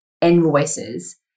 invoices